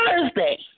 Thursday